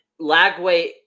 Lagway